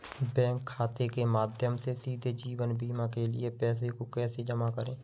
Bank खाते के माध्यम से सीधे जीवन बीमा के लिए पैसे को कैसे जमा करें?